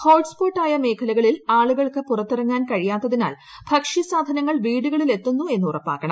hotspot ആയ മേഖലകളിൽ ആളുകൾക്ക് പുറത്തിറങ്ങാൻ കഴിയാത്തതിനാൽ ഭക്ഷ്യസാധനങ്ങൾ വീടുകളിൽ എത്തുന്നു എന്ന് ഉറപ്പാക്കണം